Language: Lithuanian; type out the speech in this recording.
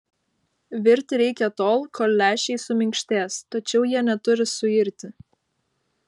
virti reikia tol kol lęšiai suminkštės tačiau jie neturi suirti